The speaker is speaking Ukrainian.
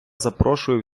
запрошую